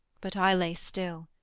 but i lay still,